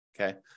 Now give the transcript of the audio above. okay